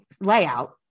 layout